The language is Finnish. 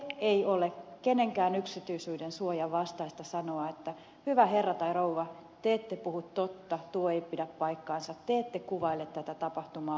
ei ole kenenkään yksityisyyden suojan vastaista sanoa että hyvä herra tai rouva te ette puhu totta tuo ei pidä paikkaansa te ette kuvaile tätä tapahtumaa oikein